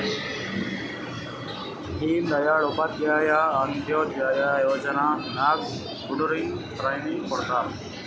ದೀನ್ ದಯಾಳ್ ಉಪಾಧ್ಯಾಯ ಅಂತ್ಯೋದಯ ಯೋಜನಾ ನಾಗ್ ಬಡುರಿಗ್ ಟ್ರೈನಿಂಗ್ ಕೊಡ್ತಾರ್